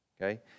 Okay